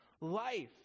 life